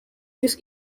this